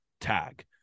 tag